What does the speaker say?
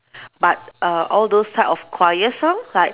but err all those type of choir song like